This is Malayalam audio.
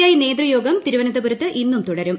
ഐ നേതൃയോഗം തിരുവനന്തപുരത്ത് ഇന്നും തുടരും